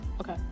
okay